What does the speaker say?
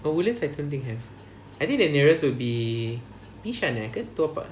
oh woodlands I don't think have I think the nearest would be eh bishan eh ke toa payoh